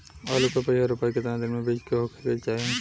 आलू क पहिला रोपाई केतना दिन के बिच में होखे के चाही?